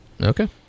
Okay